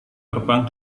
terbang